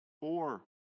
four